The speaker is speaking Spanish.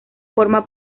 forma